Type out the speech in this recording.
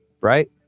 right